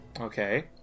Okay